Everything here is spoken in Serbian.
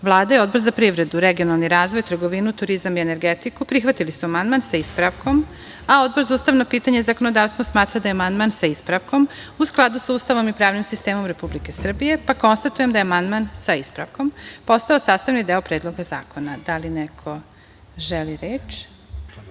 i Odbor za privredu, regionalni razvoj, trgovinu, turizam i energetiku, prihvatili su amandman sa ispravkom, a Odbor za ustavna pitanja i zakonodavstvo, smatra da je amandman sa ispravkom u skladu sa Ustavom i pravnim sistemom Republike Srbije, pa konstatujem da je amandman sa ispravkom postao sastavni deo Predloga zakona. Da li neko želi reč?